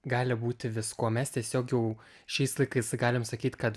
gali būti viskuo mes tiesiog jau šiais laikais galim sakyt kad